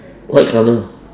white colour